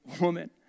woman